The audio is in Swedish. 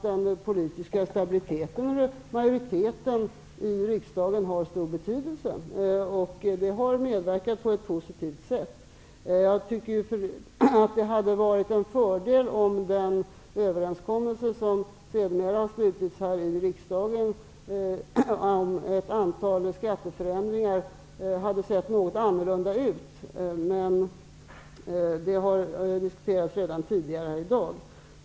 Den politiska stabiliteten och majoriteten i riksdagen har stor betydelse och har medverkat på ett positivt sätt. Det hade varit till fördel om den överenskommelse som sedermera slutits här i riksdagen om ett antal skatteförändringar hade sett något annorlunda ut, vilket redan tidigare har diskuterats här i dag.